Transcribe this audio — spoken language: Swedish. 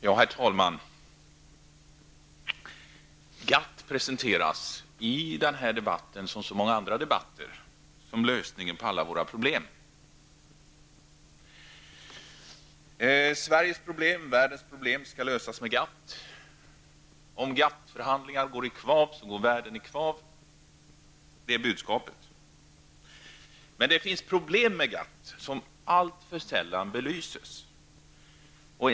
Herr talman! GATT presenteras i denna debatt -- liksom i så många andra debatter -- som lösningen på alla våra problem. Sveriges och världens problem skall lösas med hjälp av GATT. Om GATT-förhandlingar går i kvav, går i-världen i kvav. Det är budskapet. Men det finns problem med GATT som alltför sällan belyses.